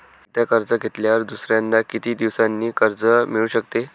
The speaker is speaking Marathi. एकदा कर्ज घेतल्यावर दुसऱ्यांदा किती दिवसांनी कर्ज मिळू शकते?